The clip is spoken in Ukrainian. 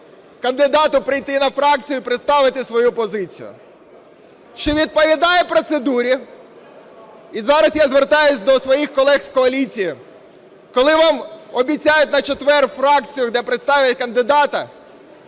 кандидату прийти на фракцію і представити свою позицію? Чи відповідає процедурі, і зараз я звертаюсь до своїх колег з коаліції, коли вам обіцяють на четвер фракцію, де представлять кандидата,